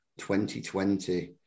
2020